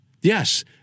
yes